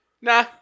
Nah